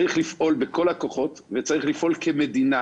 צריך לפעול בכל הכוחות וצריך לפעול כמדינה